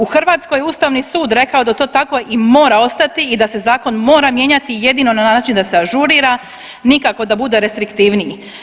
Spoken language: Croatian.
U Hrvatskoj je Ustavni sud rekao da to tako i mora ostati i da se zakon mora mijenjati jedino na način da se ažurira, nikako da bude restriktivniji.